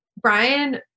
Brian